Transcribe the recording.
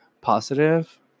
positive